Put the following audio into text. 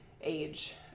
age